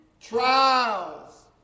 Trials